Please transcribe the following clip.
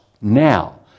now